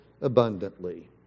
abundantly